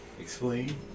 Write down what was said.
Explain